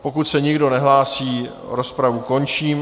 Pokud se nikdo nehlásí, rozpravu končím.